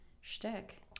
shtick